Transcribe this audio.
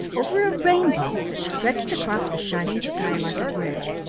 over a rainbow that stretched across the shining sky like a bridge.